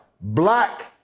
black